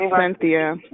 Cynthia